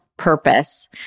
Purpose